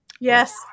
Yes